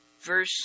Verse